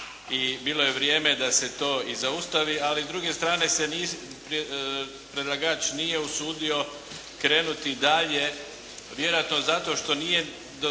i bilo je vrijeme da se to i zaustavi, ali s druge strane predlagač se nije usudio krenuti dalje vjerojatno zato što nije do